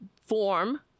form